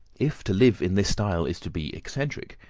if to live in this style is to be eccentric,